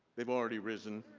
they've already risen